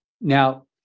now